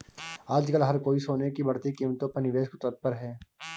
आजकल हर कोई सोने की बढ़ती कीमतों पर निवेश को तत्पर है